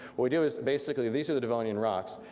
what we do is basically, these are the devonian rocks,